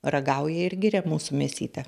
ragauja ir giria mūsų mėsytę